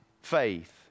Faith